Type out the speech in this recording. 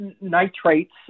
nitrates